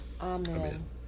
Amen